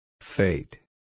Fate